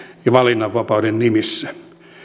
ja valinnanvapauden nimissä